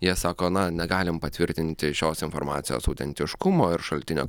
jie sako na negalim patvirtinti šios informacijos autentiškumo ir šaltinio